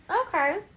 okay